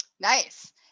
Nice